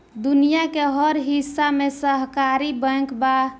दुनिया के हर हिस्सा में सहकारी बैंक बा